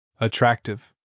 Attractive